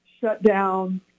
shutdown